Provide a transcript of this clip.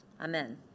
amen